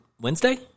Wednesday